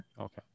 Okay